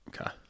Okay